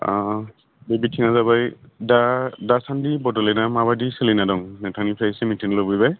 अ बे बिथिङा जाबाय दा दासान्दि बडलेण्डआ माबायदि सोलिना दं नोंथांनिफ्राय एसे मिनथिनो लुबैबाय